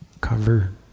cover